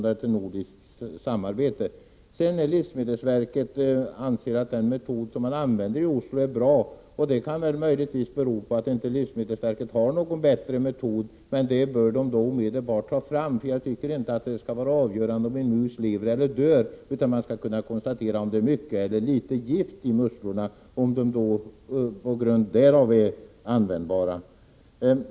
Att livsmedelsverket anser att den metod som används i Oslo är bra kan möjligtvis bero på att livsmedelsverket inte har någon bättre metod. Detta bör man då omedelbart ta fram. Jag tycker inte att det skall vara avgörande om en mus lever eller dör, utan man skall kunna konstatera om det är mycket eller litet gift i musslorna och på grundval därav avgöra om de är användbara.